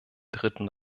dritten